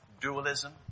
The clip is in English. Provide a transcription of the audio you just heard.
dualism